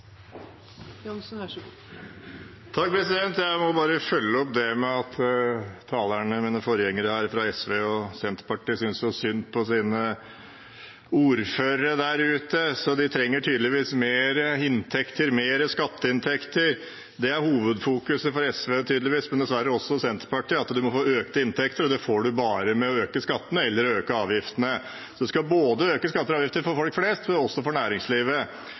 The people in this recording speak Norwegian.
Jeg må bare følge opp det at tidligere talere, fra SV og Senterpartiet, synes så synd på sine ordførere der ute. De trenger tydeligvis mer inntekter, mer skatteinntekter. Det er tydeligvis hovedfokuset for SV, men dessverre også for Senterpartiet, at man må få økte inntekter, og det får man bare ved å øke skattene eller avgiftene. Man skal øke skattene og avgiftene både for folk flest og også for næringslivet.